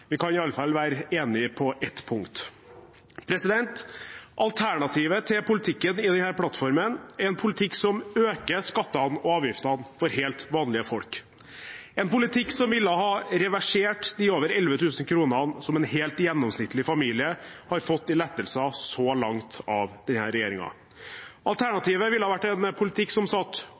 Vi kan i alle fall være enig på ett punkt. Alternativet til politikken i denne plattformen er en politikk som øker skattene og avgiftene for helt vanlige folk, en politikk som ville reversert de over 11 000 kr som en helt gjennomsnittlig familie har fått i lettelser så langt av denne regjeringen. Alternativet ville vært en politikk som